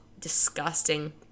disgusting